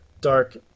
dark